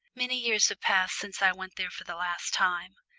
many years have passed since i went there for the last time.